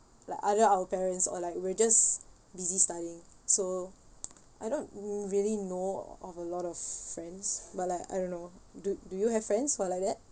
like either our parents or like we're just busy studying so I don't really know of a lot of friends but like I don't know do do you have friends who are like that